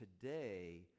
today